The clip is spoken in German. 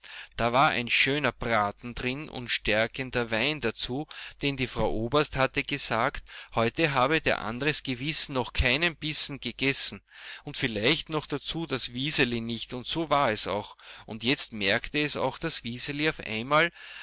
da war ein schöner braten darin und stärkender wein dazu denn die frau oberst hatte gesagt heute habe der andres gewiß noch keinen bissen gegessen und vielleicht noch dazu das wiseli nicht und so war es auch und jetzt merkte es auch das wiseli auf einmal